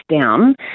down